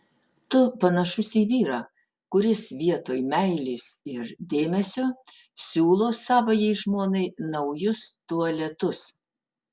tu panašus į vyrą kuris vietoj meilės ir dėmesio siūlo savajai žmonai naujus tualetus